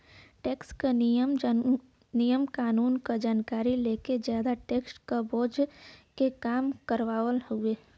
tax क नियम कानून क जानकारी लेके जादा टैक्स क बोझ के कम करना हउवे